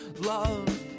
love